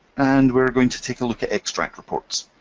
and we're going to take a look at extract reports.